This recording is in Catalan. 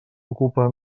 ocupa